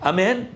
Amen